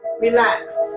Relax